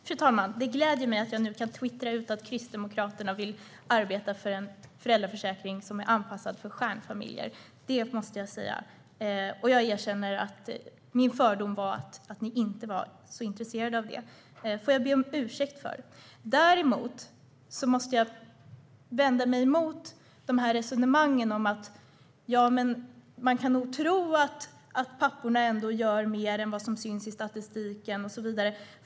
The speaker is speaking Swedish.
Fru talman! Det gläder mig att jag nu kan twittra ut att Kristdemokraterna vill arbeta för en föräldraförsäkring som är anpassad för stjärnfamiljer - det måste jag säga. Jag erkänner att min fördom var att ni inte var så intresserade av det. Det får jag be om ursäkt för. Däremot måste jag vända mig mot resonemangen om att man nog kan tro att papporna gör mer än vad som syns i statistiken och så vidare.